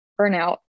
burnout